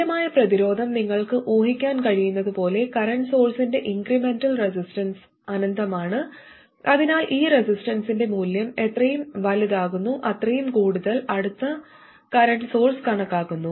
തുല്യമായ പ്രതിരോധം നിങ്ങൾക്ക് ഊഹിക്കാൻ കഴിയുന്നതുപോലെ കറന്റ് സോഴ്സ്ന്റെ ഇൻക്രെമെന്റൽ റെസിസ്റ്റൻസ് അനന്തമാണ് അതിനാൽ ഈ റെസിസ്റ്റൻസ്ന്റെ മൂല്യം എത്രയും വലുതാകുന്നു അത്രയും കൂടുതൽ അടുത്ത് കറന്റ് സോഴ്സ് കണക്കാക്കുന്നു